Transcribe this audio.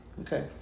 Okay